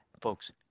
folks